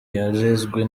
yarezwe